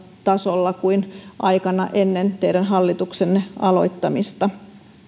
tasolla kuin aikana ennen teidän hallituksenne aloittamista